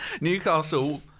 Newcastle